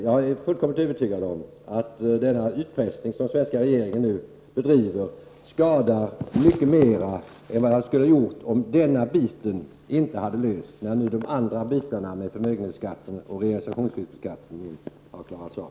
Jag är fullkomligt övertygad om att denna utpressning, som svenska regeringen nu bedriver, skadar mycket mer än om denna del av avtalet inte hade lösts, när nu förmögenhetsbeskattningen och realisationsvinstbeskattningen har klarats av.